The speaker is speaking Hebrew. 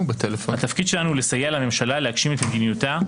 התפקיד שלנו הוא לסייע לממשלה להגשים את מדיניותה,